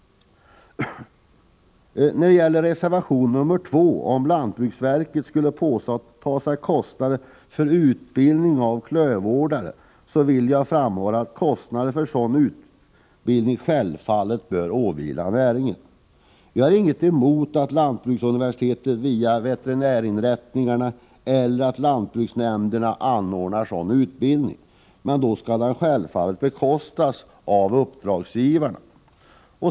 I reservation nr 2 föreslås att lantbruksverket skulle påta sig kostnader för utbildning av klövvårdare. Jag vill framhålla att kostnaderna för sådan utbildning självfallet bör åvila näringen. Vi har inget emot att lantbruksuniversitetet via veterinärinrättningarna eller att lantbruksnämnderna anordnar sådan utbildning, men då skall den självfallet bekostas av uppdragsgivarna.